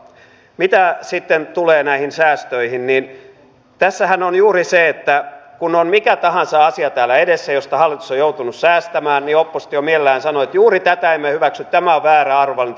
mitä sitten tulee näihin säästöihin niin tässähän on juuri se että kun on mikä tahansa asia täällä edessä josta hallitus on joutunut säästämään niin oppositio mielellään sanoo että juuri tätä emme hyväksy tämä on väärä arvovalinta